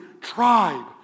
tribe